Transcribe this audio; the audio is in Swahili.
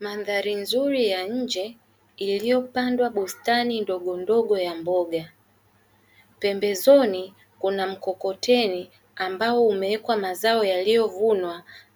Mandhari nzuri ya nje iliyopandwa bustani ndogondogo ya mboga, pembezoni kuna mkokoteni ambao umewekwa mazao yaliyovunwa